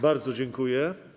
Bardzo dziękuję.